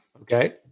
Okay